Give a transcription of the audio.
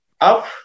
up